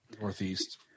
Northeast